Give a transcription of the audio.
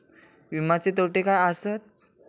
विमाचे तोटे काय आसत?